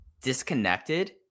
disconnected